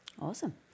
Awesome